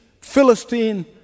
Philistine